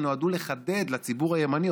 שנועדו לחדד לציבור הימני,